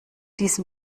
diesem